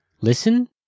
listen